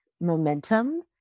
momentum